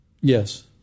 Yes